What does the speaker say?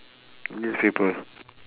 newspaper